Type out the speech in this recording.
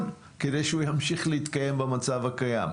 כדי שהוא ימשיך להתקיים במצב הקיים.